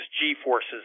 G-forces